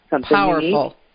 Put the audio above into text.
Powerful